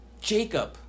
Jacob